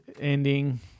ending